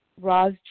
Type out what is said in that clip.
Roz